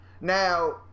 now